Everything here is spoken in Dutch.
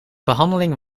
behandeling